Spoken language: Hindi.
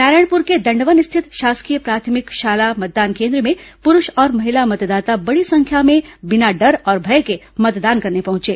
नारायणपुर के दंडवन स्थित शासकीय प्राथमिक शाला मतदान केन्द्र में पुरूष और महिला मतदाता बड़ी संख्या में बिना डर और भय के मतदान करने पहुंचे